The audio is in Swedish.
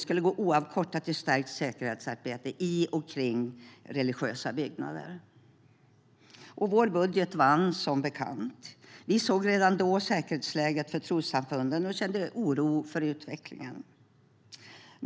skulle gå till säkerhetsarbete i och kring religiösa byggnader. Vår budget vann, som bekant. Vi såg redan då säkerhetsläget för trossamfunden och kände oro för utvecklingen.